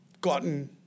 gotten